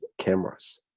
cameras